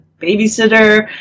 babysitter